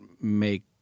make